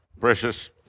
precious